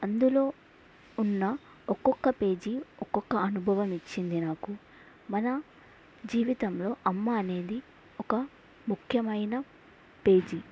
అందులో ఉన్న ఒక్కొక్క పేజీ ఒక్కొక్క అనుభవం ఇచ్చింది నాకు మన జీవితంలో అమ్మ అనేది ఒక ముఖ్యమైన పేజీ